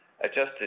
adjusted